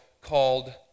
called